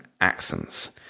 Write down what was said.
accents